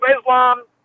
Islam